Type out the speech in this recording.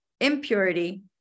impurity